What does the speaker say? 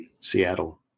Seattle